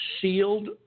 sealed